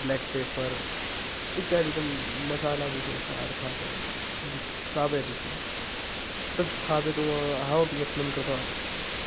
black pepper इत्यादिकं मसालाविशेषा अर्थात् किञ्चित् स्थापयति स्म तत् स्थापयितुम् अहमपि यत्नं कृतवान्